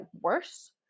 worse